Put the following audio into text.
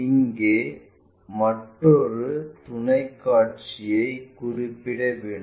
இங்கே மற்றொரு துணை காட்சியைக் குறிப்பி ட வேண்டும்